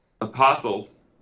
apostles